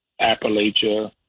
Appalachia